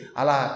ala